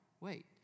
wait